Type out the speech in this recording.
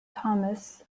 thomas